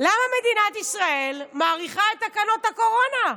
למה מדינת ישראל מאריכה את תקנות הקורונה.